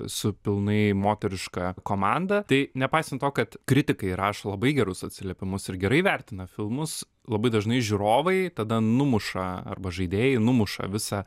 su pilnai moteriška komanda tai nepaisant to kad kritikai rašo labai gerus atsiliepimus ir gerai vertina filmus labai dažnai žiūrovai tada numuša arba žaidėjai numuša visą